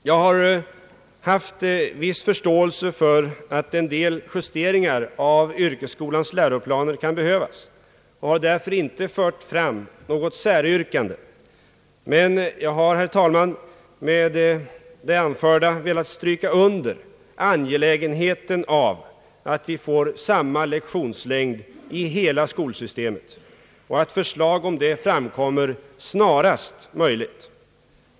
Jag har haft viss förståelse för att en del justeringar av yrkesskolans läroplaner kan behövas och har därför inte fört fram något säryrkande, men jag har, herr talman, med det anförda velat understryka angelägenheten av att vi får samma lektionslängd i hela skolsystemet och att förslag härom framlägges snarast möjligt.